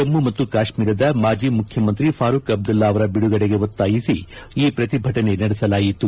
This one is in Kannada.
ಜಮ್ಮ ಮತ್ತು ಕಾಶ್ನೀರದ ಮಾಜಿ ಮುಖ್ಚಮಂತ್ರಿ ಫಾರೂಖ್ ಅಬ್ದುಲ್ಲಾ ಅವರ ಬಿಡುಗಡೆಗೆ ಒತ್ತಾಯಿಸಿ ಈ ಪ್ರತಿಭಟನೆ ನಡೆಸಲಾಯಿತು